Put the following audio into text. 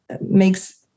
makes